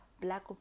black